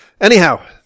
anyhow